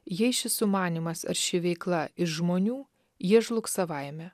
jei šis sumanymas ar ši veikla iš žmonių jie žlugs savaime